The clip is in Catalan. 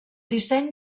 disseny